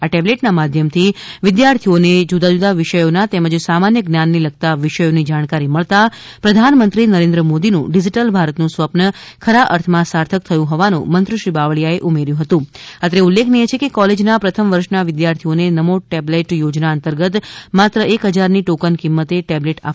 આ ટેબલેટના માધ્યમથી વિદ્યાર્થીઓને જુદા જુદા વિષયોના તેમજ સામાન્ય જ્ઞાનને લગતા વિષયોની જાણકારી મળતાં પ્રધાનમંત્રીશ્રી નરેન્દ્ર મોદીનું ડિજિટલ ભારતનું સ્વપ્ન ખરા અર્થમાં સાર્થક થયું હોવાનું મંત્રીશ્રી બાવળિયાએ જણાવ્યું હતું અત્રે ઉલ્લેખનીય છે કે કોલેજના પ્રથમ વર્ષના વિદ્યાર્થીઓને નમો ટેબલેટ યોજના અંતર્ગતમાત્ર એક હજારની ટોકન કિંમતે ટેબલેટ આપવામાં આવે છે